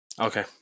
Okay